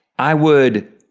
i would,